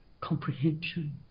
comprehension